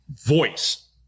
voice